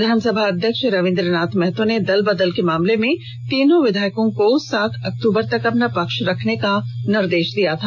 विधानसभा अध्यक्ष रवीन्द्रनाथ महतो ने दलबदल के मामले में तीनों विधायकों को सात अक्तूबर तक अपना पक्ष रखने का निर्देश दिया था